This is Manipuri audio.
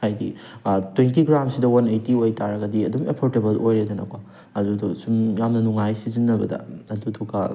ꯍꯥꯏꯗꯤ ꯇ꯭ꯋꯦꯟꯇꯤ ꯒ꯭ꯔꯥꯝꯁꯤꯅ ꯋꯥꯟ ꯑꯥꯏꯇꯤ ꯑꯣꯏꯇꯥꯔꯒꯗꯤ ꯑꯗꯨꯝ ꯑꯐꯣꯔꯗꯦꯕꯜ ꯑꯣꯏꯔꯦꯗꯅꯀꯣ ꯑꯗꯨꯗꯣ ꯁꯨꯝ ꯌꯥꯝꯅ ꯅꯨꯉꯥꯏꯌꯦ ꯁꯤꯖꯟꯅꯕꯗ ꯑꯗꯨꯗꯨꯒ